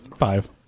Five